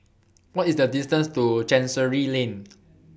What IS The distance to Chancery Lane